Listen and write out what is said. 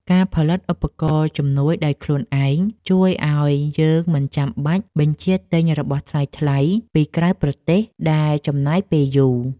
ការផលិតឧបករណ៍ជំនួយដោយខ្លួនឯងជួយឱ្យយើងមិនចាំបាច់បញ្ជាទិញរបស់ថ្លៃៗពីក្រៅប្រទេសដែលចំណាយពេលយូរ។